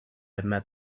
met